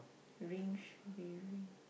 ring should be ring